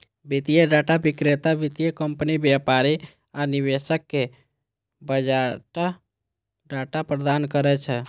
वित्तीय डाटा विक्रेता वित्तीय कंपनी, व्यापारी आ निवेशक कें बाजार डाटा प्रदान करै छै